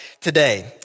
Today